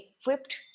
equipped